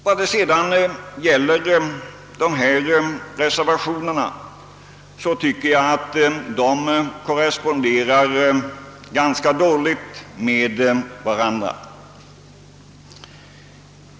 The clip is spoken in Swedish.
Jag tycker att de avgivna reservationerna korresponderar ganska dåligt med varandra.